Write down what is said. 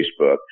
Facebook